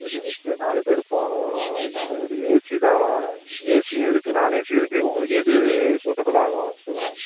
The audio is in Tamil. சரி ஓகே நாலு பேர் போகணும் நாலு ஒரு ஏசிதாம்மா ஏசியும் இருக்குது நான்ஏசியும் இருக்குது உங்களுக்கு எது சூட்டபுள் ஆகும் சொல்லுங்கள்